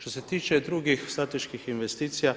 Što se tiče drugih strateških investicija